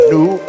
New